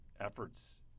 efforts